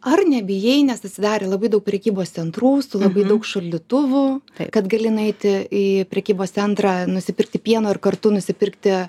ar nebijai nesusidarė labai daug prekybos centrų su labai daug šaldytuvų kad gali nueiti į prekybos centrą nusipirkti pieno ir kartu nusipirkti